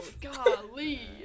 Golly